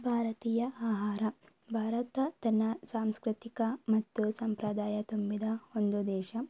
ಭಾರತೀಯ ಆಹಾರ ಭಾರತ ತನ್ನ ಸಾಂಸ್ಕೃತಿಕ ಮತ್ತು ಸಂಪ್ರದಾಯ ತುಂಬಿದ ಒಂದು ದೇಶ